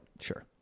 sure